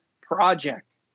project